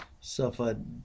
suffered